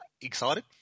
excited